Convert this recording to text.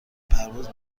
پرواز